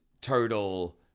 turtle